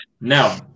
now